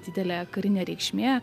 didelė karinė reikšmė